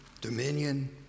dominion